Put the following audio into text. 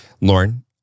Lauren